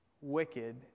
wicked